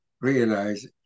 realize